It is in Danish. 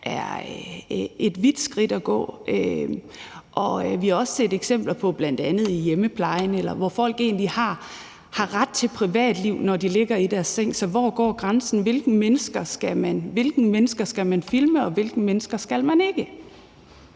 er et vidtgående skridt at tage. Vi har også set eksempler, bl.a. i hjemmeplejen, på, at folk egentlig har ret til privatliv, når de ligger i deres seng, så hvor går grænsen? Hvilke mennesker skal man filme, og hvilke mennesker skal man ikke